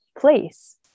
place